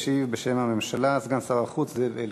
ישיב בשם הממשלה סגן שר החוץ זאב אלקין.